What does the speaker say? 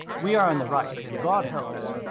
we are in the right, and god helps